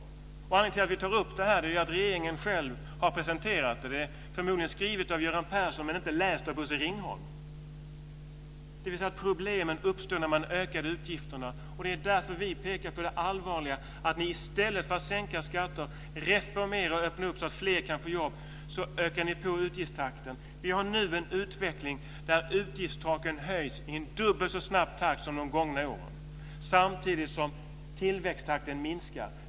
Anledningen till att vi tar upp detta är att regeringen själv har presenterat det. Det är förmodligen skrivet av Göran Persson men inte läst av Bosse Ringholm. Problemen uppstod när man ökade utgifterna. Det är därför vi pekar på det allvarliga i att ni i stället för att sänka skatter samt reformera och öppna upp så att fler kan få jobb ökar på utgiftstakten. Vi har nu en utveckling där utgiftstaken höjs i dubbelt så snabb takt som de gångna åren samtidigt som tillväxttakten minskar.